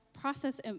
process